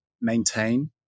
maintain